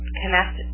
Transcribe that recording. connect